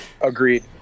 Agreed